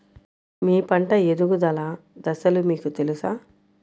మీ పంట ఎదుగుదల దశలు మీకు తెలుసా?